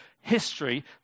history